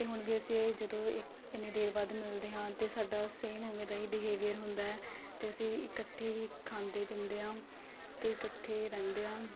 ਅਤੇ ਹੁਣ ਵੀ ਅਸੀਂ ਜਦੋਂ ਇ ਇੰਨੀ ਦੇਰ ਬਾਅਦ ਮਿਲਦੇ ਹਾਂ ਅਤੇ ਸਾਡਾ ਸੇਮ ਉਵੇਂ ਦਾ ਹੀ ਬਿਹੇਵੀਅਰ ਹੁੰਦਾ ਹੈ ਅਤੇ ਅਸੀਂ ਇਕੱਠੇ ਹੀ ਖਾਂਦੇ ਪੀਂਦੇ ਹਾਂ ਅਤੇ ਇਕੱਠੇ ਰਹਿੰਦੇ ਹਾਂ